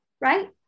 right